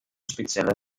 spezielle